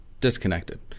disconnected